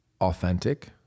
authentic